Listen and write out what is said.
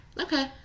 okay